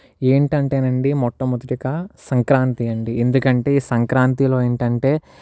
ఏంటంటే నండి మొట్టమొదటిగా సంక్రాంతి అండి ఎందుకంటే ఈ సంక్రాంతిలో ఏంటంటే